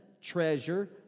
treasure